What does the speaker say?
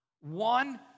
One